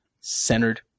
centered